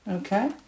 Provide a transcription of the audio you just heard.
okay